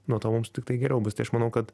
nuo to mums tiktai geriau bus tai aš manau kad